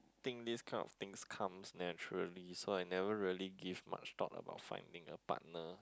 think this kind of things comes naturally so I never really give much thought about finding a partner